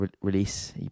release